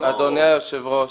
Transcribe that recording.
אדוני היושב-ראש,